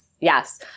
Yes